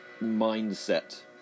mindset